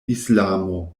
islamo